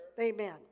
Amen